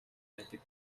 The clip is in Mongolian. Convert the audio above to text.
байдаг